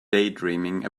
daydreaming